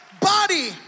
body